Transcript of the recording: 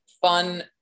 fun